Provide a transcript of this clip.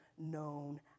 known